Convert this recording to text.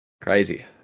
crazy